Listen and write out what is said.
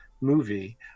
movie